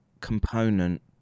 component